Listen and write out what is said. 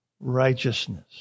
righteousness